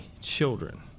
children